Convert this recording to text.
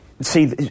see